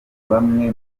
bamwe